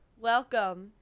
Welcome